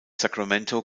sacramento